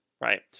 right